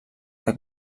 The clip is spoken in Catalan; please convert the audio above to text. que